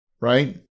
Right